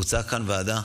והוצעה כאן ועדה,